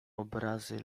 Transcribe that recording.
obrazy